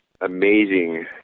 amazing